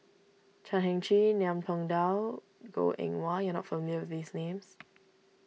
Chan Heng Chee Ngiam Tong Dow Goh Eng Wah you are not familiar with these names